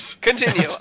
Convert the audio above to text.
Continue